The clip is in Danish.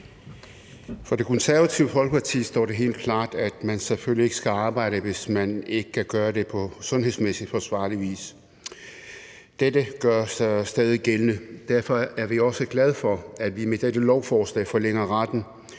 For Det Konservative Folkeparti står det helt klart, at man selvfølgelig ikke skal arbejde, hvis man ikke kan gøre det på sundhedsmæssig forsvarlig vis. Dette gælder stadig. Derfor er vi også glade for, at vi med dette lovforslag forlænger retten